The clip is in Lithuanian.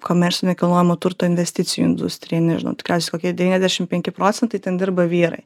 komercinio nekilnojamo turto investicijų industrija nežinau tikriausiai kokie devyniasdešimt penki procentai ten dirba vyrai